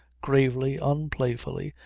gravely, unplayfully,